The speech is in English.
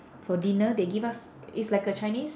for dinner they give us it's like a chinese